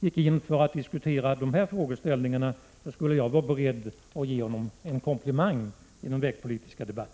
gick in för att diskutera dessa frågor skulle jag vara beredd att ge honom en komplimang i den vägpolitiska debatten.